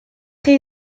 chi